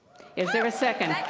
is there a second?